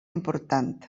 important